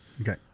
Okay